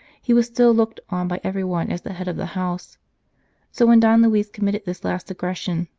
he was still looked on by everyone as the head of the house so when don luis committed this last aggression,